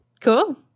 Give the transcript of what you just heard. cool